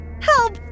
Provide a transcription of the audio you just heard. Help